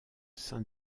sein